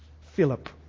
Philip